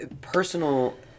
personal